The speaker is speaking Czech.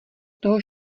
toho